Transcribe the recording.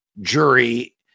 jury